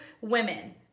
women